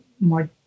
more